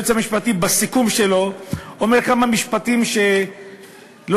והיועץ המשפטי בסיכום שלו אומר כמה משפטים שלא